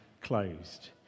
closed